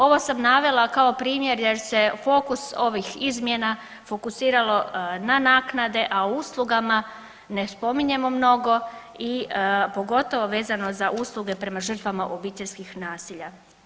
Ovo sam navela kao primjer, jer se fokus ovih izmjena fokusiralo na naknade, a o uslugama ne spominjemo mnogo i pogotovo vezano za usluge prema žrtvama obiteljskih nasilja.